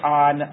on